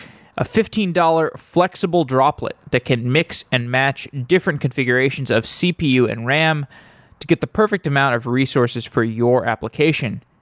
a fifteen dollars flexible droplet that can mix and match different configurations of cpu and ram to get the perfect amount of resources for your application.